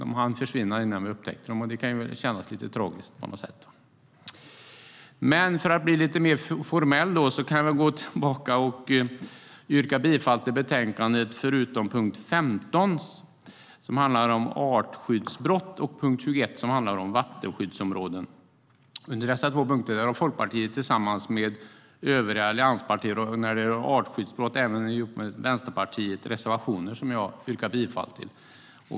De hann försvinna innan vi upptäckte dem, och det kan kännas lite tragisk. För att vara lite mer formell vill jag yrka bifall till utskottets förslag i betänkandet, förutom under punkt 15 som handlar om artskyddsbrott och punkt 21 som handlar om vattenskyddsområden. Under dessa två punkter har Folkpartiet tillsammans med övriga allianspartier - Vänsterpartiet ställer sig också bakom reservationen om artskyddsbrott - reservationer som jag yrkar bifall till.